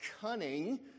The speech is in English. cunning